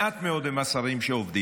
מעט מאוד הם השרים שעובדים,